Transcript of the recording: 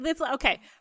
okay